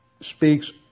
speaks